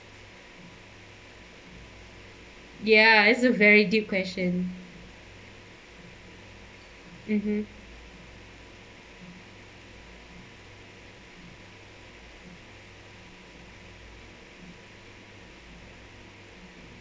ya it's a very deep question mmhmm